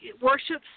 worships